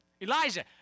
Elijah